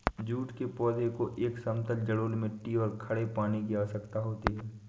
jute के पौधे को एक समतल जलोढ़ मिट्टी और खड़े पानी की आवश्यकता होती है